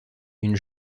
une